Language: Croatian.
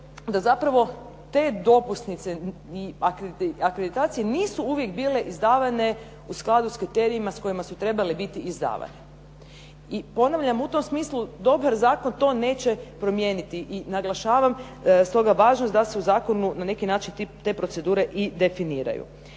da zapravo te dopusnice i akreditacije nisu uvijek bile izdavane u skladu sa kriterijima s kojima su trebale biti izdavane. I ponavljam u tom smislu dobar zakon to neće promijeniti i naglašavam da stoga važnost da se u zakonu na neki način te procedure i definiraju.